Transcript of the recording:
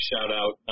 shout-out